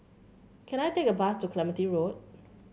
can I take a bus to Clementi Road